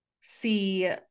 see